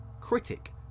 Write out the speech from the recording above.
critic